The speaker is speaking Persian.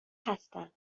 هستن